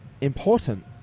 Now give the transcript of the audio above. important